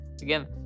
again